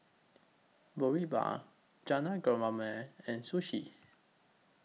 Boribap Jajangmyeon and Sushi